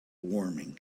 warming